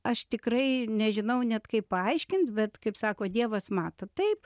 aš tikrai nežinau net kaip paaiškint bet kaip sako dievas mato taip